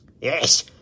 Yes